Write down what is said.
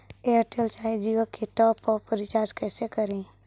Airtel चाहे जियो के लिए टॉप अप रिचार्ज़ कैसे करी?